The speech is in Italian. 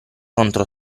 contro